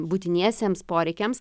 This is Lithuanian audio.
būtiniesiems poreikiams